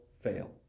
fail